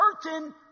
certain